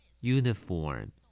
Uniform